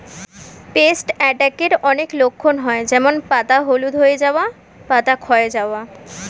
paste অ্যাটাকের অনেক লক্ষণ হয় যেমন পাতা হলুদ হয়ে যাওয়া, পাতা ক্ষয় যাওয়া